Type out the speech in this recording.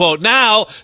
Now